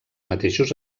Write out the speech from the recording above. mateixos